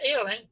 ailing